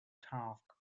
task